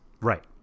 Right